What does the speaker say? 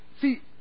see